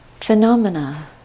phenomena